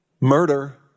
murder